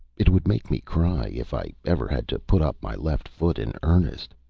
it would make me cry if i ever had to put up my left foot in earnest.